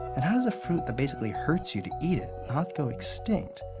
and how does a fruit that basically hurts you to eat it not go extinct?